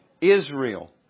Israel